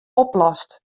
oplost